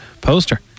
poster